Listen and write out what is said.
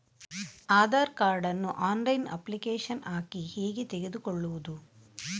Aadhaar card ನ್ನು online application ಹಾಕಿ ಹೇಗೆ ತೆಗೆದುಕೊಳ್ಳುವುದು?